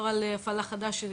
זה הדגל האדום שלנו בנושא הזה.